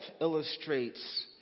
illustrates